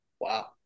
Wow